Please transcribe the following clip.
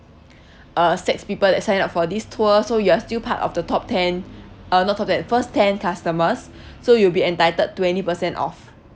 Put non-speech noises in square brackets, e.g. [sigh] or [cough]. uh six people that sign up for this tour so you are still part of the top ten uh not top ten first ten customers [breath] so you'll be entitled twenty percent off